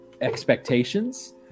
expectations